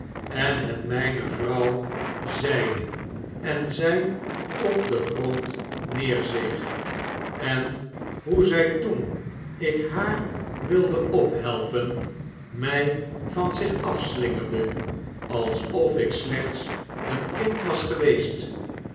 en het mijne vrouw zeide en zij op den grond neerzeeg en hoe zij toen ik haar wilde ophelpen mij van zich afslingerde lsof ik slechts een kind was geweest